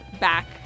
back